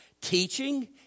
teaching